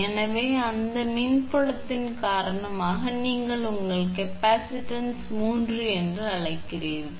எனவே அந்த மின் புலத்தின் காரணமாக நீங்கள் உங்கள் கேப்பாசிட்டன்ஸ் 3 என்று அழைக்கப்படுகிறீர்கள்